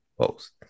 post